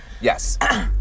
Yes